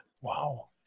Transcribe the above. Wow